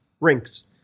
rinks